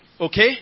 Okay